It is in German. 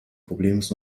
problemlos